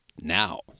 now